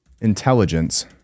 intelligence